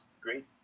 great